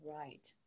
Right